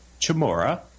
Chamora